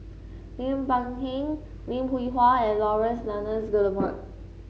Lim Peng Han Lim Hwee Hua and Laurence Nunns Guillemard